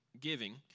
giving